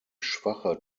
schwache